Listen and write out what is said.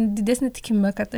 didesnė tikimybė kad